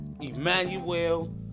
Emmanuel